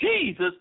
Jesus